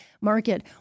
Market